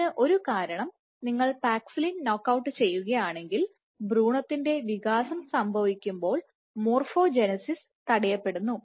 ഇതിന് ഒരു കാരണം നിങ്ങൾ പാക്സിലിൻ നോക് ഔട്ട് ചെയ്യുകയാണെങ്കിൽ ഭ്രൂണത്തിൻറെവികാസം സംഭവിക്കുമ്പോൾ മോർഫോജെനെസിസ് തടയപ്പെടുന്നു